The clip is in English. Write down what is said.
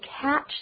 catch